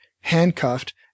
handcuffed